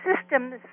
systems